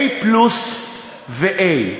A+ ו-A.